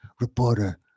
reporter